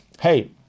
hey